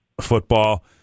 football